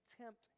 tempt